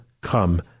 come